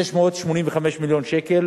685 מיליון שקל